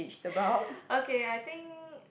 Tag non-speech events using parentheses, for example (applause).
(breath) okay I think